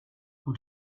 who